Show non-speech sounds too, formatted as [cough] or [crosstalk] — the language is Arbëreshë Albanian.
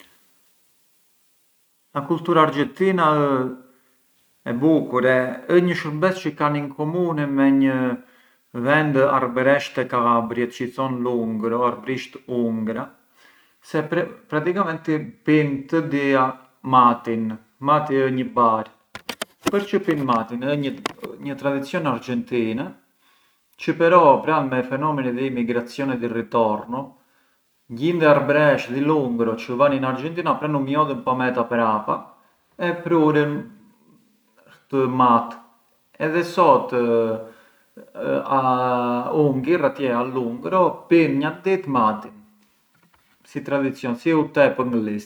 A cultura Argentina ë e bukur, ë një shurbes çë kan in comuni me një vend arbëresh te Kallabriet çë i thon Lungro, arbërisht Ungra, se praticamenti pin të dia matin, mati ë një bar [noise] përçë pin matin, ë një tradicjon arxhentine çë però pran me i fenomeni di immigrazione di ritorno, gjinde arbëreshë di Lungro çë van in Argentina pran ju mjodhën pometa prapa e prurën këtë matë e edhe sot Ungjër, atje a Lungro, pinë na dit matin, si tradicjon, si u tè pë nglisët.